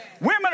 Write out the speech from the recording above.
Women